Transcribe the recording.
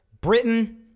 Britain